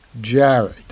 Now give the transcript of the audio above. Jared